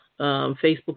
Facebook